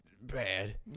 bad